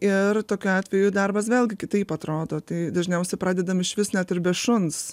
ir tokiu atveju darbas vėlgi kitaip atrodo tai dažniausiai pradedam išvis net ir be šuns